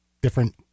different